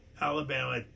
Alabama